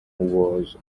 was